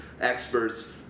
experts